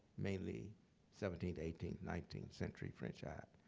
mainly seventeenth, eighteenth, nineteenth century french art.